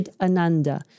ananda